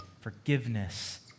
forgiveness